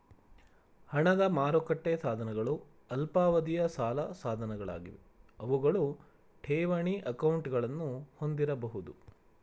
ಹಣದ ಮಾರುಕಟ್ಟೆ ಸಾಧನಗಳು ಅಲ್ಪಾವಧಿಯ ಸಾಲ ಸಾಧನಗಳಾಗಿವೆ ಅವುಗಳು ಠೇವಣಿ ಅಕೌಂಟ್ಗಳನ್ನ ಹೊಂದಿರಬಹುದು